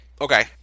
okay